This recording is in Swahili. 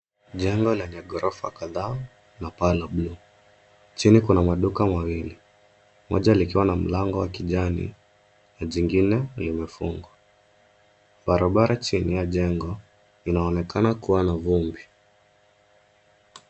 Jengo lenye ghorofa kadhaa na paa la bluu chini kuna maduka mawili moja likiwa na mlango wa kijani na jingine limefungwa Barabara chini ya jengo inaonekana kuwa na vumbi.